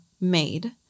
made